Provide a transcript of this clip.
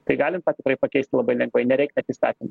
tai galim tą tikrai pakeist labai lengvai nereik net įstatymų